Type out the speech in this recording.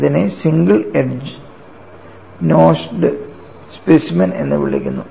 ഇതിനെ single edge notched specimen എന്ന് വിളിക്കുന്നു